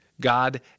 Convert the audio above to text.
God